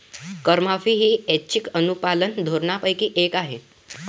करमाफी ही ऐच्छिक अनुपालन धोरणांपैकी एक आहे